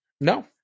No